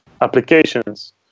applications